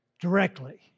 directly